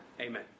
Amen